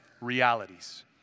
realities